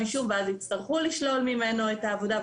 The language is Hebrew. אישום ואז יצטרכו לשלול ממנו את העבודה.